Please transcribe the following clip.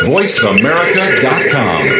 VoiceAmerica.com